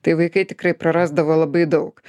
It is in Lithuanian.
tai vaikai tikrai prarasdavo labai daug